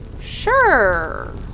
Sure